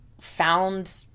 found